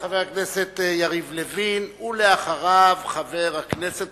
חבר הכנסת יריב לוין, ואחריו, חבר הכנסת